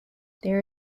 there